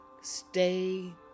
Stay